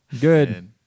Good